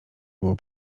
było